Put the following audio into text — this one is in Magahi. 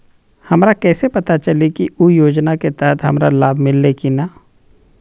हमरा कैसे पता चली की उ योजना के तहत हमरा लाभ मिल्ले की न?